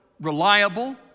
reliable